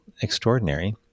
extraordinary